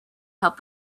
help